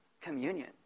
communion